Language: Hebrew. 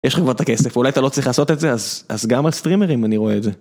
יש לך כבר את הכסף, אולי אתה לא צריך לעשות את זה, אז גם על סטרימרים אני רואה את זה.